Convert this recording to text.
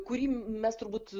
kurį mes turbūt